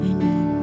Amen